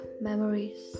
Memories